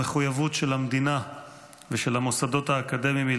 המחויבות של המדינה ושל המוסדות האקדמיים היא